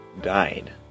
died